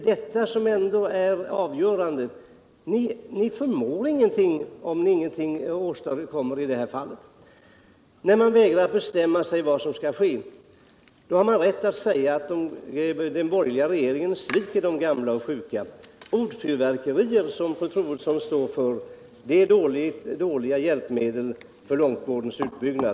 Detta är ändå det avgörande. Ni förmår ingenting, om ni ingenting åstadkommer i det här fallet. När ni vägrar att bestämma er för vad som skall ske, då har man rätt att säga att den borgerliga regeringen sviker de gamla och sjuka. Sådana ordfyrverkerier som fru Troedsson står för är dåliga hjälpmedel för långvårdens utbyggnad.